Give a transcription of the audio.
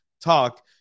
talk